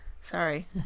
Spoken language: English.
Sorry